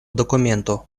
документу